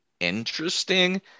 interesting